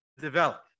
develop